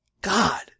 God